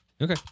Okay